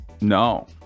No